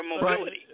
mobility